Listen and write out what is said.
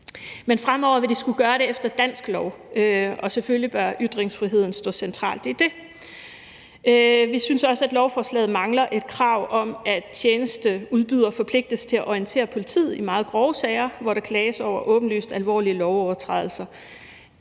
Men fremover vil de skulle gøre det efter dansk lov, og selvfølgelig bør ytringsfriheden stå centralt i det. Vi synes også, at lovforslaget mangler et krav om, at tjenesteudbydere forpligtes til at orientere politiet i meget grove sager, hvor der klages over åbenlyst alvorlige lovovertrædelser.